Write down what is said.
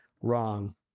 wrong